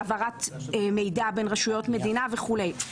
העברת מידע בין רשויות מדינה וכולי.